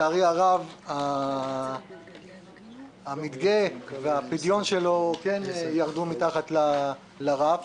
לצערי הרב המדגה והפדיון שלו ירדו מתחת לרף